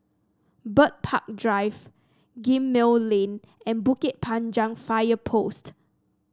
Bird Park Drive Gemmill Lane and Bukit Panjang Fire Post